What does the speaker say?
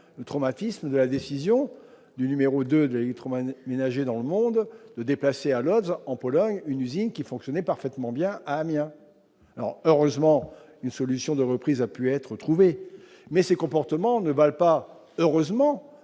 le traumatisme de la décision du numéro 2 de litres Moine ménagé dans le monde de déplacer à Lodz, en Pologne, une usine, qui fonctionnait parfaitement bien à Amiens, alors heureusement une solution de reprise, a pu être trouvé, mais ces comportements ne valent pas heureusement